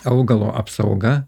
augalo apsauga